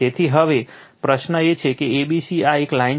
તેથી હવે પ્રશ્ન એ છે કે a b c આ એક લાઇન છે